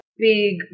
big